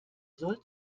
soll